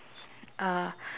uh